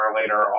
later